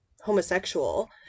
homosexual